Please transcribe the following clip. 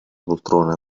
poltrona